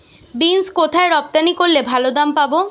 Beans কোথায় রপ্তানি করলে ভালো দাম পাব?